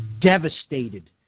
devastated